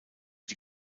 die